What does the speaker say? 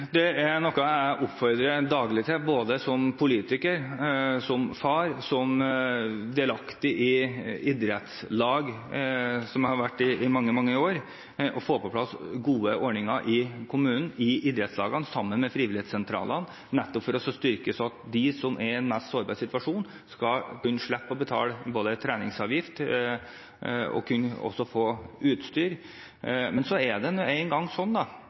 er noe jeg oppfordrer til daglig både som politiker, som far og som delaktig i idrettslag i mange, mange år å få på plass gode ordninger i kommunene og i idrettslagene sammen med frivillighetssentralene nettopp for at de som er i den mest sårbare situasjonen, skal kunne slippe å betale treningsavgift og også kunne få utstyr. Men så er det